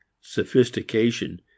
sophistication